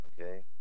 okay